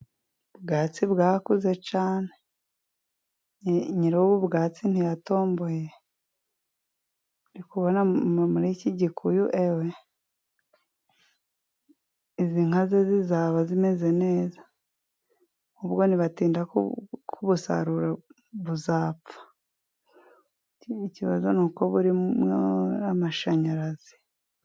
Ubwatsi bwakuze cyane! Nyiri ubu bwatsi ntiyatomboye? Ndikubona muri iki gikuyu, ewe, Izi nka ze zizaba zimeze neza. Ahubwo nibatinda kubusarura buzapfa. Ikindi kibazo ni uko burimo amashanyarazi.